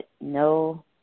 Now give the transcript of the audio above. no